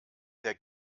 der